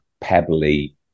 pebbly